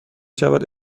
شود